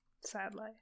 sadly